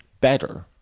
better